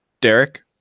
Derek